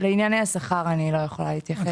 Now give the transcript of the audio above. לענייני השכר אני לא יכולה להתייחס.